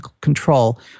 control